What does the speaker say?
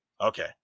okay